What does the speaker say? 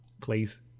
please